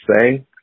say